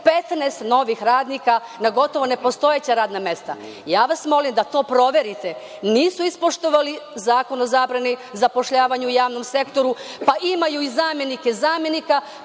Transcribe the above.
15 novih radnika na gotovo nepostojeća radna mesta. Ja vas molim da to proverite. Nisu ispoštovali Zakon o zabrani zapošljavanja u javnom sektoru, pa imaju i zamenike zamenika,